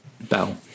bell